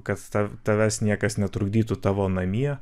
kad tav tavęs niekas netrukdytų tavo namie